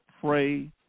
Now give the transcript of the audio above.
pray